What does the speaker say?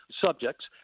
subjects